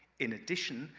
in addition,